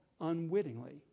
unwittingly